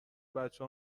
بچه